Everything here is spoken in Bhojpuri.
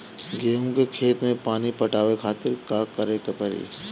गेहूँ के खेत मे पानी पटावे के खातीर का करे के परी?